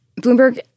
Bloomberg